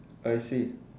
I see